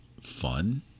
fun